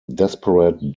desperate